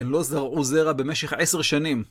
הם לא זרעו זרע במשך עשר שנים.